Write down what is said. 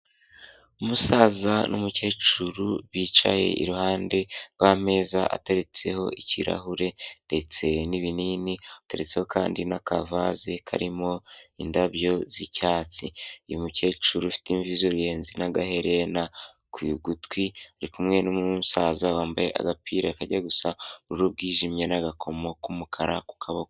Umusaza n'umukecuru bicaye iruhande rw'ameza atetseho ikirahure ndetse n'ibinini, hateretseho kandi n'akavaze karimo indabyo z'icyatsi, uyu umukecuru ufite imvi z'uruyenzi n'agaherena ku gutwi, ari kumwe n'umu musaza wambaye agapira kajya gusa ubururu bwijimye n'agakomo k'umukara ku kaboko.